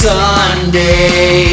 Sunday